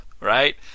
right